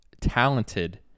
talented